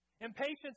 Impatience